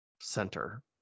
center